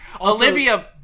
Olivia